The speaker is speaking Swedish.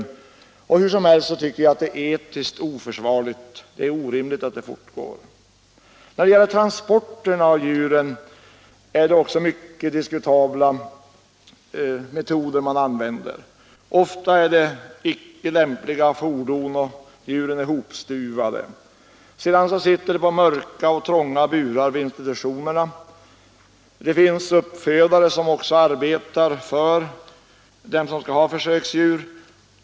I vilket fall som helst menar jag att det är etiskt oförsvarligt och orimligt att detta fortgår. Vid transporten av djuren använder man sig av mycket diskutabla metoder. Man har ofta olämpliga fordon, och djuren är hopstuvade. De sitter sedan i mörka och trånga burar vid institutionerna. Det finns också uppfödare som arbetar på kontrakt för dem som skall ha försöksdjur.